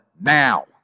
now